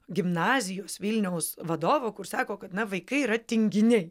gimnazijos vilniaus vadovo kur sako kad na vaikai yra tinginiai